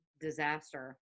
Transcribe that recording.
disaster